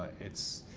it's,